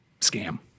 scam